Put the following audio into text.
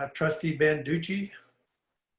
ah trustee banducci?